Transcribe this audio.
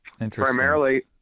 Primarily